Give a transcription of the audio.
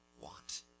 want